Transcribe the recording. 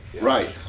right